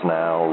now